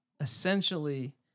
essentially